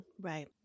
Right